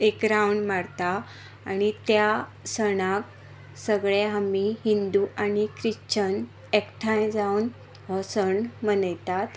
एक रावंड मारता आनी त्या सणाक सगळे आमी हिंदू आनी ख्रिश्चन एकठांय जावन हो सण मनयतात